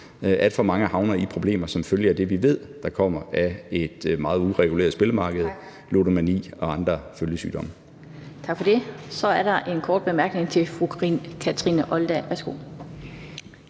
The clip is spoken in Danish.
alt for mange havner i problemer som følge af det, vi ved der kommer af et meget ureguleret spillemarked: ludomani og andre følgesygdomme. Kl. 20:04 Den fg. formand (Annette Lind): Tak for det. Så er der en kort bemærkning til fru Kathrine Olldag. Værsgo.